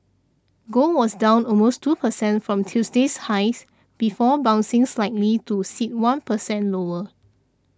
gold was down almost two percent from Tuesday's highs before bouncing slightly to sit one percent lower